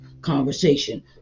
conversation